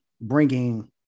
bringing